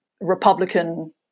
Republican